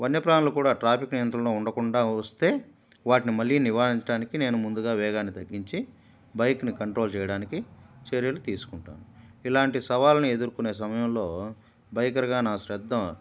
వన్య ప్రాణులు కూడా ట్రాఫిక్ నియంత్రణ ఉండకుండా వస్తే వాటిని మళ్ళీ నివారించడానికి నేను ముందుగా వేగాన్ని తగ్గించి బైక్ని కంట్రోల్ చేయడానికి చర్యలు తీసుకుంటాను ఇలాంటి సవాల్ను ఎదుర్కొనే సమయంలో బైకర్గా నా శ్రద్ధం